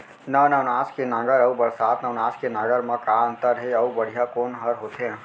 नौ नवनास के नांगर अऊ बरसात नवनास के नांगर मा का अन्तर हे अऊ बढ़िया कोन हर होथे?